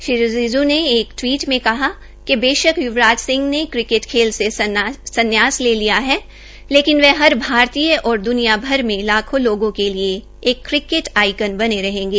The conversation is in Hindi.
श्री रिजिज् ने एक टिवीट में कहा कि बेशक य्वराज सिंह ने प्रतिस्पर्धी क्रिकेट खेल से सन्यास ले लिया है लेकिन वह हर भारतीय और द्निया भर में लाखों लोगों के लिये क्रिकेट आइकन बने रहेंगे